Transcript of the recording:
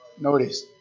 Notice